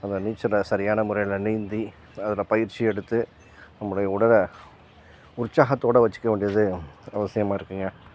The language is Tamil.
அந்த நீச்சலை சரியான முறையில் நீந்தி அதில் பயிற்சி எடுத்து நம்முடைய உடலை உற்சாகத்தோட வச்சிக்க வேண்டியது அவசியமாக இருக்குதுங்க